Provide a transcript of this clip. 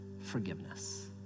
forgiveness